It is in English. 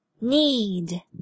need